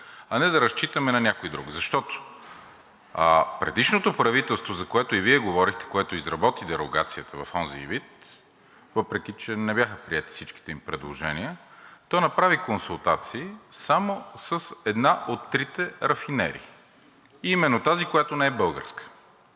а не да разчитаме на някой друг. Защото предишното правителство, за което и Вие говорехте, което изработи дерогацията в онзи ѝ вид, въпреки че не бяха всичките им предложения, то направи консултации само с една от трите рафинерии – именно тази, която не е българска.